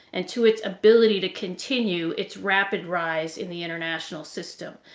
and to its ability to continue its rapid rise in the international system.